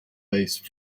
based